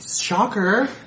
shocker